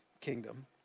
kingdom